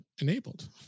enabled